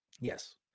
Yes